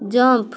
jump